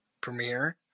Premiere